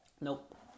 Nope